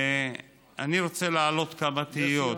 ואני רוצה להעלות כמה תהיות: